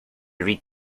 read